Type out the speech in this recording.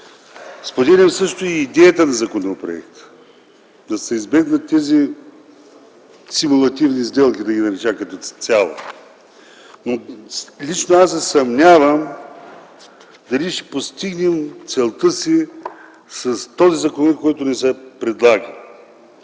Споделям също и идеята на законопроекта – да се избегнат тези симулативни сделки, така да ги нарека, като цяло. Лично аз се съмнявам дали ще постигнем целта си с този закон, който ни се предлага.